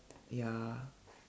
ya